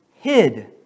hid